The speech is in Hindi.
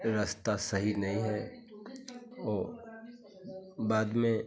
रस्ता सही नहीं है वह बाद में